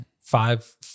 Five